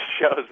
shows